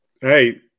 hey